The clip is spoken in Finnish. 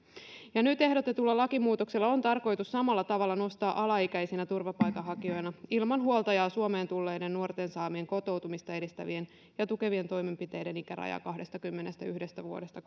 nyt ehdotetulla lakimuutoksella on tarkoitus samalla tavalla nostaa alaikäisinä turvapaikanhakijoina ilman huoltajaa suomeen tulleiden nuorten saamien kotoutumista edistävien ja tukevien toimenpiteiden ikärajaa kahdestakymmenestäyhdestä vuodesta